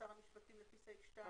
המשפטים לפי סעיף (2).